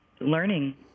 learning